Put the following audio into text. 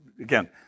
again